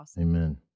Amen